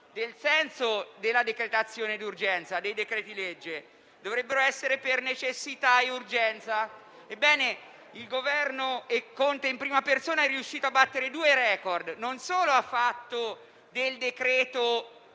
del senso della decretazione di urgenza e dei decreti-legge: dovrebbero essere emanati solo per necessità e urgenza. Ebbene, Conte in prima persona è riuscito a battere due *record*: non solo ha fatto del decreto